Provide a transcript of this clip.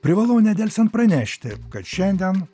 privalau nedelsiant pranešti kad šiandien